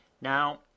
Now